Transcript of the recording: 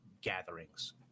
gatherings